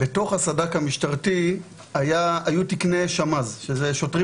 בתוך הסד"כ המשטרתי היו תקני שמ"ז שוטרים